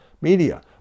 media